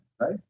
right